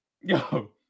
Yo